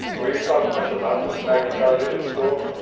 were you taught much about the magna carta in school?